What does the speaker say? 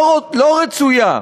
לא רצויה,